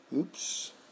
Oops